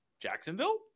Jacksonville